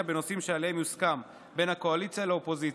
בנושאים שעליהם יוסכם בין הקואליציה לאופוזיציה,